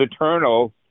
eternal